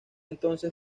entonces